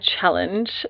challenge